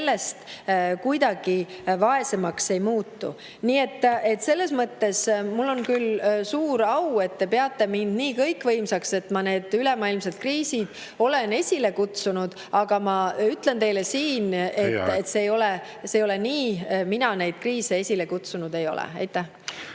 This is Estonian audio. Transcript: sellest kuidagi vaesemaks ei muutu. Nii et selles mõttes mul on küll suur au, et te peate mind nii kõikvõimsaks, et ma need ülemaailmsed kriisid olen esile kutsunud, aga ma ütlen teile siin, et see ei ole nii. Mina neid kriise esile kutsunud ei ole. Aitäh!